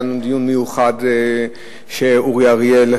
היה לנו דיון מיוחד שאורי אריאל,